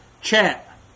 chat